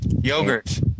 Yogurt